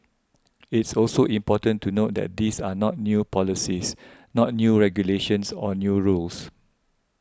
it's also important to note that these are not new policies not new regulations or new rules